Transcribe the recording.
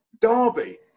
Derby